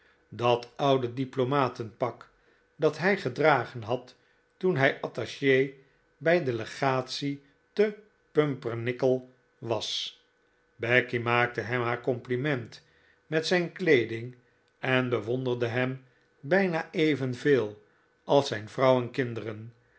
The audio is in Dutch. dat oude diplomaten pak dat hij gedragen had toen hij attache bij de legatie te pumpernickel was becky maakte hem haar compliment met zijn kleeding en bewonderde hem bijna even veel als zijn vrouw en kinderen